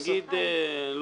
ההסכמה היא